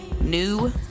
new